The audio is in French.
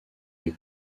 les